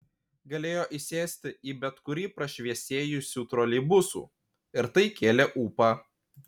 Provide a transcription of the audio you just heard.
galėjo įsėsti į bet kurį prašviesėjusių troleibusų ir tai kėlė ūpą